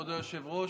כבוד היושב-ראש,